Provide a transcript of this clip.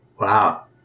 wow